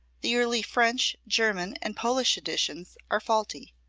the early french, german and polish editions are faulty,